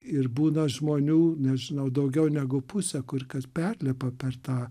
ir būna žmonių nežinau daugiau negu pusė kur kas perlipa per tą